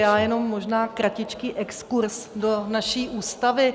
Já jenom možná kratičký exkurz do naší Ústavy.